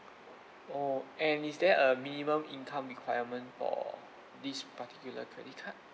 oh and is there a minimum income requirement for this particular credit card